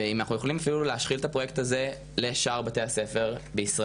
ואם אנחנו אפילו יכולים להשחיל את הפרויקט הזה לשאר בתי הספר בישראל,